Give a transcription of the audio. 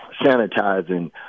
sanitizing